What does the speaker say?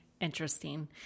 interesting